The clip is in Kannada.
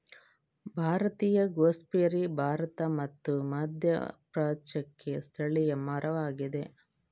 ಭಾರತೀಯ ಗೂಸ್ಬೆರ್ರಿ ಭಾರತ ಮತ್ತು ಮಧ್ಯಪ್ರಾಚ್ಯಕ್ಕೆ ಸ್ಥಳೀಯ ಮರವಾಗಿದೆ